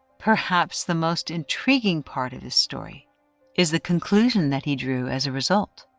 perhaps the most intriguing part of his story is the conclusion that he drew as a result.